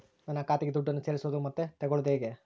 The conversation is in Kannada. ನನ್ನ ಖಾತೆಗೆ ದುಡ್ಡನ್ನು ಸೇರಿಸೋದು ಮತ್ತೆ ತಗೊಳ್ಳೋದು ಹೇಗೆ?